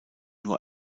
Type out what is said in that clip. nur